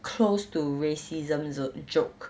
close to racism joke